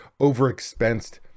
overexpensed